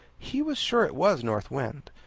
he was sure it was north wind,